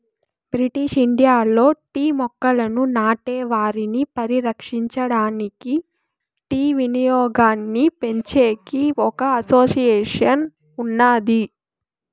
British ఇండియాలో tea మొక్కలను నాటే వారిని పరిరక్షించడానికి, టీ వినియోగాన్నిపెంచేకి ఒక అసోసియేషన్ ఉన్నాది